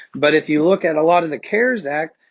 but if you look at a lot of the cares act,